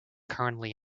currently